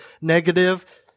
negative